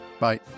Bye